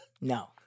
No